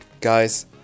guys